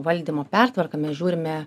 valdymo pertvarką mes žiūrime